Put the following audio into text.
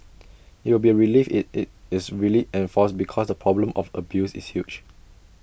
IT will be A relief if IT is really enforced because the problem of abuse is huge